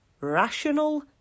rational